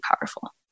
powerful